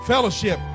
Fellowship